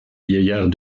vieillards